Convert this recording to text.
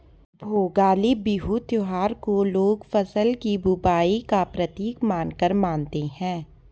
भोगाली बिहू त्योहार को लोग फ़सल की बुबाई का प्रतीक मानकर मानते हैं